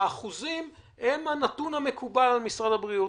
האחוזים הם הנתון המקובל על משרד הבריאות.